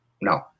No